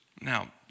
Now